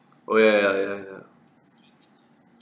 oh ya ya ya ya